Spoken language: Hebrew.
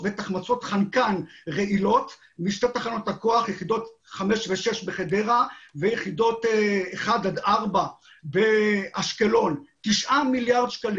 הרי שהמשק ישלם כ-600 עד 800 מיליון שקל